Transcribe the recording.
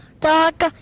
dog